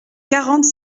quarante